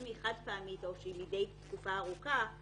אם היא חד-פעמית או מדי תקופה ארוכה,